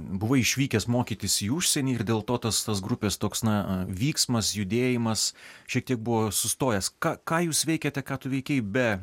buvai išvykęs mokytis į užsienį ir dėl to tas tas grupės toks na vyksmas judėjimas šiek tiek buvo sustojęs ką ką jūs veikėte ką tu veikei be